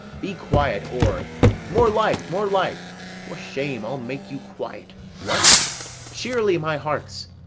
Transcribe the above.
be quiet, or more light, more light for shame! i'll make you quiet what cheerly, my hearts!